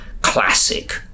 classic